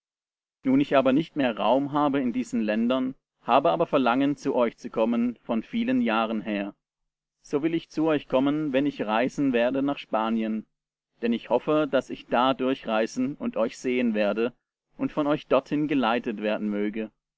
nun ich aber nicht mehr raum habe in diesen ländern habe aber verlangen zu euch zu kommen von vielen jahren her so will ich zu euch kommen wenn ich reisen werde nach spanien denn ich hoffe daß ich da durchreisen und euch sehen werde und von euch dorthin geleitet werden möge